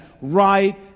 right